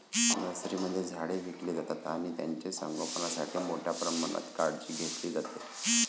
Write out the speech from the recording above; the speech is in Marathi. नर्सरीमध्ये झाडे विकली जातात आणि त्यांचे संगोपणासाठी मोठ्या प्रमाणात काळजी घेतली जाते